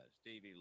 Stevie